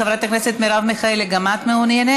חברת הכנסת מרב מיכאלי, גם את מעוניינת?